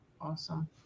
Awesome